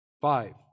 Five